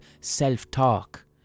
self-talk